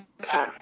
Okay